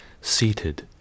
seated